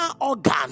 organ